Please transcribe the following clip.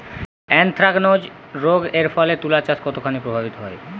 Anthracnose রোগ এর ফলে তুলাচাষ কতখানি প্রভাবিত হয়?